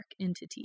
entity